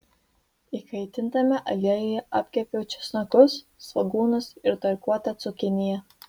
įkaitintame aliejuje apkepiau česnakus svogūnus ir tarkuotą cukiniją